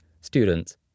students